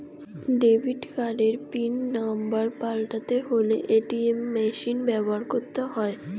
debit কার্ডের pin number পাল্টাতে হলে এ.টি.এম মেশিন ব্যবহার করতে হয়